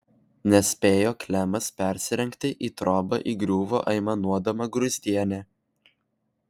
nespėjo klemas persirengti į trobą įgriuvo aimanuodama gruzdienė